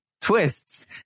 twists